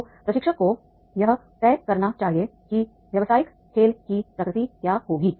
तो प्रशिक्षक को यह तय करना चाहिए कि व्यावसायिक खेल की प्रकृति क्या होगी